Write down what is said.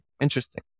interesting